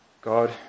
God